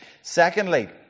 Secondly